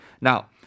Now